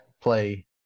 play